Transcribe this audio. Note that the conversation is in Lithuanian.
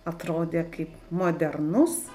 atrodė kaip modernus